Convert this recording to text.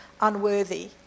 unworthy